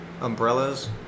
umbrellas